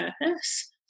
purpose